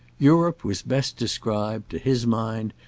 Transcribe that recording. europe was best described, to his mind,